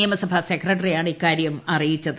നിമയസഭാ സെക്രട്ടറിയാണ് ഇക്കാര്യം അറിയിച്ചു